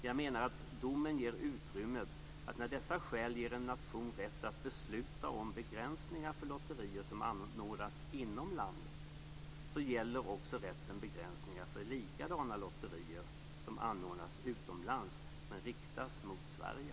Jag menar att domen ger utrymme att när dessa skäl ger en nation rätt att besluta om begränsningar för lotterier som anordnas inom landet så gäller också rätten begränsningar för likadana lotterier som anordnas utomlands men riktas mot Sverige.